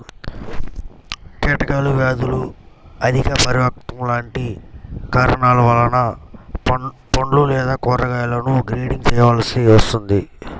కీటకాలు, వ్యాధులు, అధిక పరిపక్వత లాంటి కారణాల వలన పండ్లు లేదా కూరగాయలను గ్రేడింగ్ చేయవలసి వస్తుంది